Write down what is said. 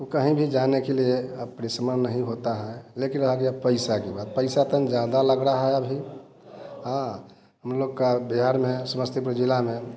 तो कहीं भी जाने के लिए अब परिश्रम नहीं होता है लेकिन आ गया पैसा की बात पैसा तन ज़्यादा लग रहा है अभी हाँ हम लोग का बिहार में समस्तीपुर जिला में